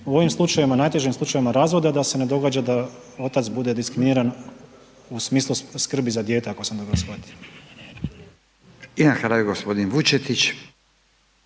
u ovim najtežim slučajevima razvode, a da se ne događa da otac bude diskriminiran u smislu skrbi za dijete ako sam dobro shvatio. **Radin, Furio